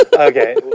Okay